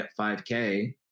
5k